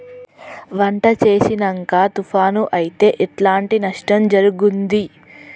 పంట వేసినంక తుఫాను అత్తే ఎట్లాంటి నష్టం జరుగుద్ది?